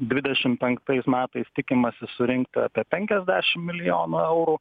dvidešim penktais metais tikimasi surinkti apie penkiasdešim milijonų eurų